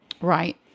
right